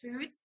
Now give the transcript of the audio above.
foods